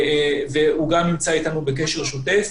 והוא גם נמצא אתם בקשר שוטף.